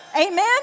amen